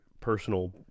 personal